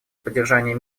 поддержания